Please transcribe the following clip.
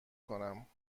کنم